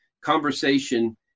conversation